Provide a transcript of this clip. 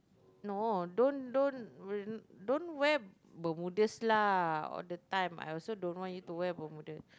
no don't don't don't wear bermudas lah all the time I also don't know why you wear bermuda